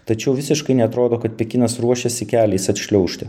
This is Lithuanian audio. tačiau visiškai neatrodo kad pekinas ruošiasi keliais atšliaužti